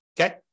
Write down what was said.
okay